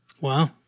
Wow